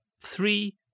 three